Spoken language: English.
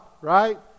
right